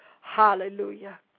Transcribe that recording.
Hallelujah